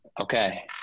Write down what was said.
Okay